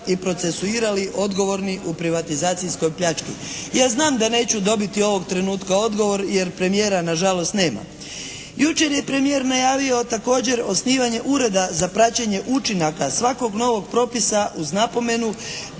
i procesuirali odgovorni u privatizacijskoj pljački. Ja znam da neću dobiti ovog trenutka odgovor jer premijera nažalost nema. Jučer je premijer najavio također osnivanje Ureda za praćenje učinaka svakog novog propisa uz napomenu